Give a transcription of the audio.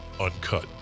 uncut